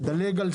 הוא מנהל איתה